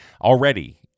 already